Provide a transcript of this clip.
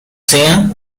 sea